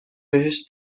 بهش